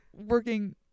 working